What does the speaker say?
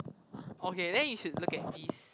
okay then you should look at this